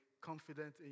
confident